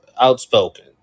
outspoken